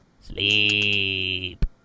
sleep